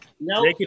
No